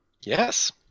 Yes